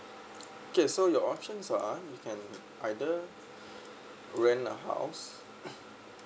okay so your options are you can either rent a house